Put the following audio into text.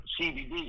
CBD